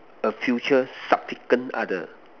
a future subsequent other